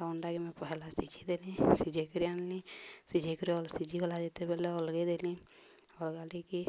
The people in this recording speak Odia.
ଆଉ ଅଣ୍ଡାକେ ମୁଇଁ ପହେଲା ସିଝେଇ ଦେଲି ସିଝେଇ କରି ଆଣିଲି ସିଝେଇ କରି ସିଝିଗଲା ଯେତେବେଳେ ଅଲଗେଇ ଦେଲି ଅଲଗାଲିିକି